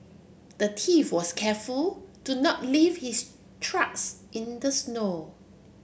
the thief was careful to not leave his tracks in the snow